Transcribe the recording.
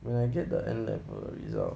when I get the N level result